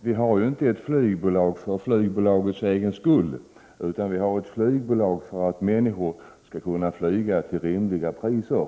Vi har ju inte ett flygbolag för flygbolagets skull, utan vi har ett flygbolag för att människor skall kunna flyga till rimliga priser.